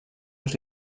els